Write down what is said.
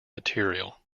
material